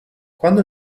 quando